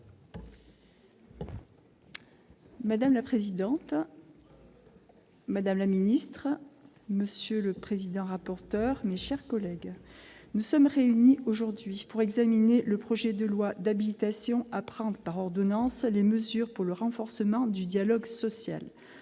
Madame la présidente, madame la ministre, monsieur le président-rapporteur, mes chers collègues, nous sommes réunis aujourd'hui pour examiner le projet de loi d'habilitation à prendre par ordonnances les mesures pour le renforcement du dialogue social.